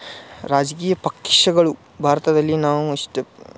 ರಾಜಕೀಯ ಪಕ್ಷಗಳು ಭಾರತದಲ್ಲಿ ನಾವು ಅಷ್ಟು